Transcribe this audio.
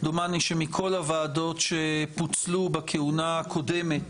דומני שמכל הוועדות שפוצלו בכהונה הקודמת